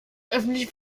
öffentlichen